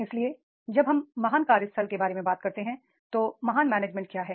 इसलिए जब हम महान कार्यस्थल के बारे में बात करते हैं तो महान मैनेजमेंट क्या है